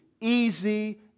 easy